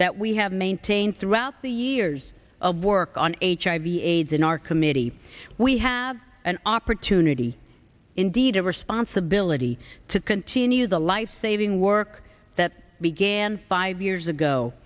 that we have maintained throughout the years of work on hiv aids in our committee we have an opportunity indeed a responsibility to continue the lifesaving work that began five years ago